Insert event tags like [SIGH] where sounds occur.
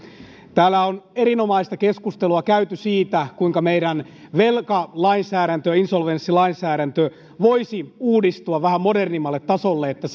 täällä on erinomaista keskustelua käyty siitä kuinka meidän velkalainsäädäntö insolvenssilainsäädäntö voisi uudistua vähän modernimmalle tasolle niin että [UNINTELLIGIBLE]